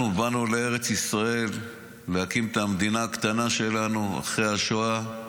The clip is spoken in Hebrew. אנחנו באנו לארץ ישראל להקים את המדינה הקטנה שלנו אחרי השואה,